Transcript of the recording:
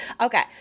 Okay